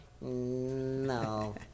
No